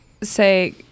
say